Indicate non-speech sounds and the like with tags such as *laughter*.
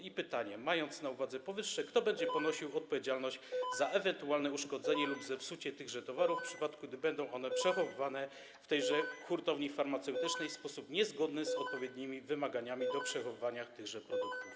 I pytanie: Mając na uwadze powyższe, kto będzie ponosił odpowiedzialność *noise* za ewentualnie uszkodzenie lub zepsucie tychże towarów, w przypadku gdy będą one przechowywane w hurtowni farmaceutycznej w sposób niezgodny z odpowiednimi wymaganiami dotyczącymi przechowywania tychże produktów?